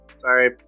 Sorry